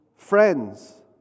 Friends